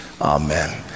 Amen